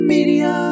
Media